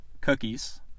cookies